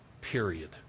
period